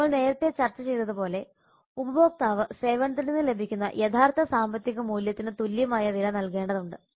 നമ്മൾ നേരത്തെ ചർച്ച ചെയ്തതു പോലെ ഉപഭോക്താവ് സേവനത്തിൽ നിന്ന് ലഭിക്കുന്ന യഥാർത്ഥ സാമ്പത്തിക മൂല്യത്തിന് തുല്യമായ വില നൽകേണ്ടതുണ്ട്